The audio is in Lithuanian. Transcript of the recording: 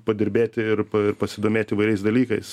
padirbėti ir pasidomėt įvairiais dalykais